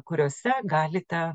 kuriose galite